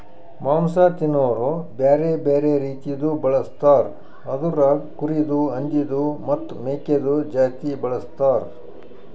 ಮಾಂಸ ತಿನೋರು ಬ್ಯಾರೆ ಬ್ಯಾರೆ ರೀತಿದು ಬಳಸ್ತಾರ್ ಅದುರಾಗ್ ಕುರಿದು, ಹಂದಿದು ಮತ್ತ್ ಮೇಕೆದು ಜಾಸ್ತಿ ಬಳಸ್ತಾರ್